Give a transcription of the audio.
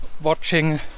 watching